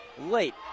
late